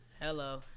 Hello